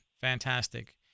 fantastic